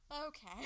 okay